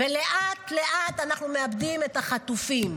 ולאט-לאט אנחנו מאבדים את החטופים.